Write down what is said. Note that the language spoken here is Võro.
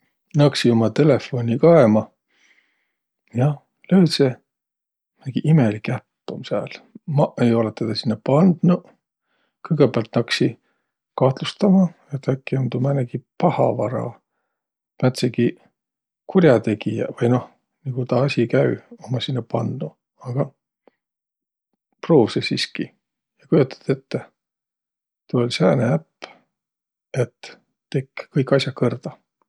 Naksi umma telefonni kaema ja löüdse – määnegi imelik äpp um sääl. Maq ei olõq tedä sinnäq pandnuq. Kõgõpäält naksi kahtlustama, et äkki um tuu määnegi pahavara, määntsegiq kur'ategijäq, vai noh, nigu taa asi käü, ummaq sinnäq pandnuq. Agaq pruuvsõ siski, ja kujotat ette, tuu oll' sääne äpp, et tekk' kõik as'aq kõrda.